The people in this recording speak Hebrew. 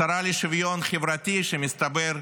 השרה לשוויון חברתי, מסתבר,